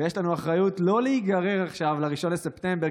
ויש לנו אחריות לא להיגרר עכשיו ל-1 בספטמבר,